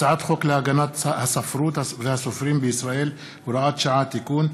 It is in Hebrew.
הצעת חוק להגנת הספרות והסופרים בישראל (הוראת שעה) (תיקון),